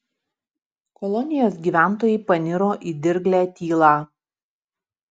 kolonijos gyventojai paniro į dirglią tylą